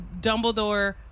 Dumbledore